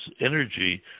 energy